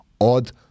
odd